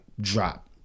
drop